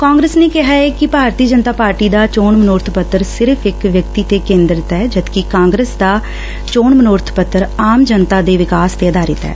ਕਾਂਗਰਸ ਨੇ ਕਿਹਾ ਕਿ ਭਾਰਤੀ ਜਨਤਾ ਪਾਰਟੀ ਦਾ ਚੋਣ ਮਨੋਰਬ ਪੱਤਰ ਸਿਰਫ ਇਕ ਵਿਅਤਕੀ ਤੇ ਕੇ'ਦਰਤ ਏ ਜਦਕਿ ਕਾਂਗਰਸ ਦਾ ਚੋਣ ਮਨੋਰਥ ਪੱਤਰ ਆਮ ਜਨਤਾ ਦੇ ਵਿਕਾਸ ਤੇ ਅਧਾਰਿਤ ਏ